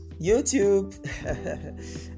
youtube